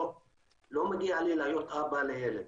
לא מגיע לי להיות אבא לילד,